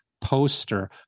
poster